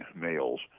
males